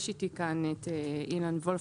נמצא איתי כאן אילן וולף,